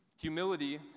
Humility